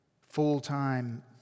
full-time